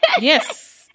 yes